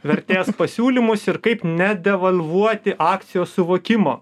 vertės pasiūlymus ir kaip nedevalvuoti akcijos suvokimo